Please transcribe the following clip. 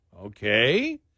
Okay